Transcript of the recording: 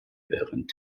während